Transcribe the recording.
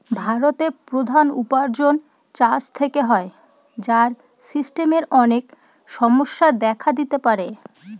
ভারতের প্রধান উপার্জন চাষ থেকে হয়, যার সিস্টেমের অনেক সমস্যা দেখা দিতে পারে